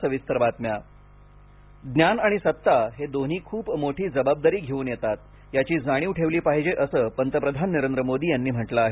विश्वभारती ज्ञान आणि सत्ता हे दोन्ही खूप मोठी जबाबदारी घेऊन येतात याची जाणीव ठेवली पाहिजे असं पंतप्रधान नरेंद्र मोदी यांनी म्हटलं आहे